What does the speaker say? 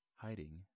Hiding